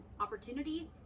opportunity